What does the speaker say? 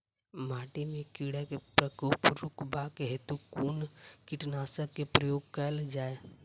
माटि मे कीड़ा केँ प्रकोप रुकबाक हेतु कुन कीटनासक केँ प्रयोग कैल जाय?